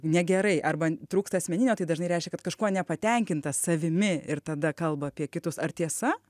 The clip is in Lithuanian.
negerai arba trūksta asmeninio tai dažnai reiškia kad kažkuo nepatenkintas savimi ir tada kalba apie kitus ar tiesa